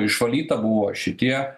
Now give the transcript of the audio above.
išvalyta buvo šitie